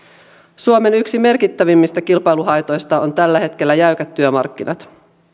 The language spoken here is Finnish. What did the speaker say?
suomen yksi merkittävimmistä kilpailuhaitoista on tällä hetkellä jäykät työmarkkinat